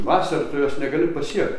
vasarą tu jos negali pasiek